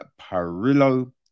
Parillo